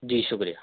جی شکریہ